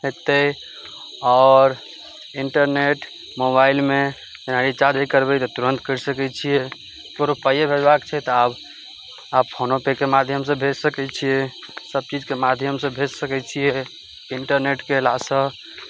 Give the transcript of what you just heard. हेतै आओर इन्टरनेट मोबाइलमे जेना रिचार्ज भी करबय तऽ तुरन्त करि सकय छियै पूरा पाइए भेजबाक छै तऽ आब आब फोनो पेके माध्यमसँ भेज सकय छियै सभ चीजके माध्यमसँ भेज सकय छियै इन्टरनेटके अयलासँ